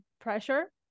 pressure